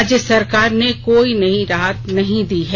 राज्य सरकार ने कोई नई राहत नहीं दी है